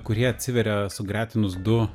kurie atsiveria sugretinus du